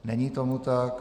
Není tomu tak.